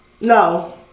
No